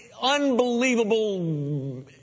Unbelievable